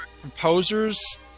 composers